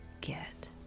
get